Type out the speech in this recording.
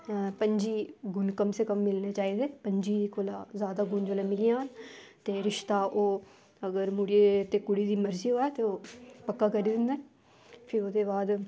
पं'जी कम से कम मिलने चाहिदे पं'जी कोला जैदा गुण जिसलै मिली जान ते रिशते ओह् अगर मुडे़ ते कुड़ी दी मर्जी होऐ पक्का करी दिंदे न फ्ही ओह्दे बाद